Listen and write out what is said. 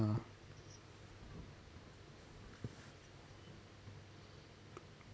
~[ah]